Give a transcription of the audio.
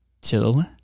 till